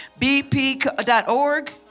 BP.org